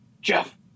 Jeff